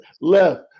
Left